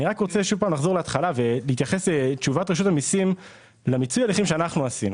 אני רוצה להתייחס לתשובת רשות המיסים למיצוי ההליכים שעשינו.